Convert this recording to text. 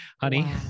honey